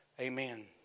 Amen